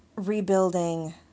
rebuilding